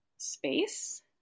space